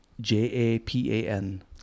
J-A-P-A-N